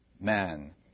man